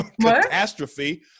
catastrophe